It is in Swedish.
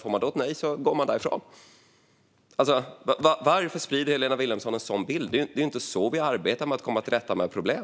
och sedan går därifrån om de får ett nej? Varför sprider Helena Vilhelmsson en sådan bild? Det är ju inte så vi arbetar för att komma till rätta med problem.